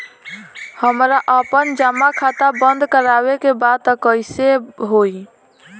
हमरा आपन जमा खाता बंद करवावे के बा त कैसे होई?